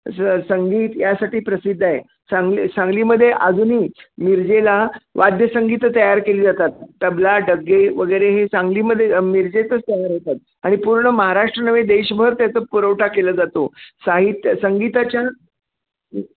स संगीत यासाठी प्रसिद्ध आहे सांगली सांगलीमध्ये अजूनही मिरजेला वाद्यसंगीतं तयार केली जातात तबला डग्गे वगैरे हे सांगलीमध्ये मिरजेतच तयार होतात आणि पूर्ण महाराष्ट्र नवे देशभर त्याचा पुरवठा केला जातो साहित्य संगीताच्या